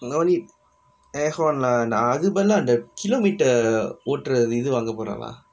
அந்த மாரி:antha maari Ahon lah நா அதுக்கு பதிலா இந்த:naa athukku pathilaa intha kilometre ஓட்டுர அந்த இது வாங்க போரலா:ottura antha ithu vaanga poralaa